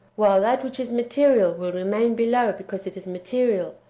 while that which is material will remain below because it is material,